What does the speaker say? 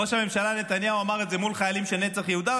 ראש הממשלה נתניהו אמר את זה מול חיילים של נצח יהודה,